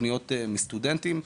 פניות מסטודנטים.